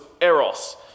eros